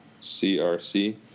CRC